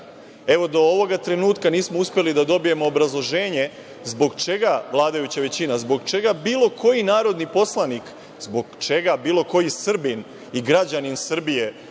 Evo, do ovog trenutka nismo uspeli da dobijemo obrazloženje zbog čega vladajuća većina, zbog čega bilo koji narodni poslanik, zbog čega bilo koji Srbin i građanin Srbije